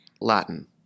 Latin